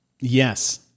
Yes